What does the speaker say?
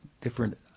different